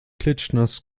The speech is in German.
klitschnass